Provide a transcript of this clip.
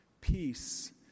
Peace